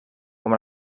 com